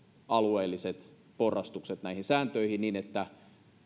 alueelliset porrastukset näihin sääntöihin niin että